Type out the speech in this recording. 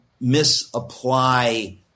misapply